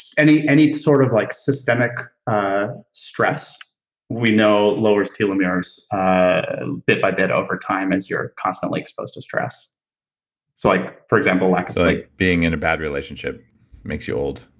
any any sort of like systemic ah stress we know lowers telomeres bit by bit over time as you're constantly exposed to stress. so like, for example. like like being in a bad relationship makes you old.